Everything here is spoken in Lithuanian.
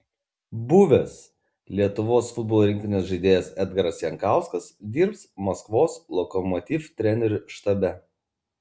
buvęs lietuvos futbolo rinktinės žaidėjas edgaras jankauskas dirbs maskvos lokomotiv trenerių štabe